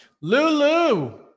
lulu